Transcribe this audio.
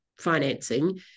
financing